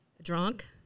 drunk